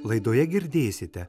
laidoje girdėsite